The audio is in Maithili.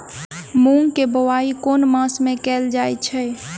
मूँग केँ बोवाई केँ मास मे कैल जाएँ छैय?